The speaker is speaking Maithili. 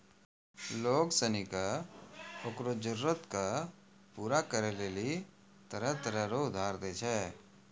लोग सनी के ओकरो जरूरत के पूरा करै लेली तरह तरह रो उधार दै छै